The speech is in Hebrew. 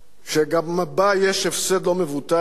שגם בה יש הפסד לא מבוטל,